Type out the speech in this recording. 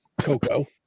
Coco